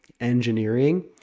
engineering